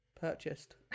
purchased